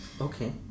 Okay